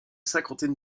cinquantaine